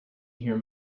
hear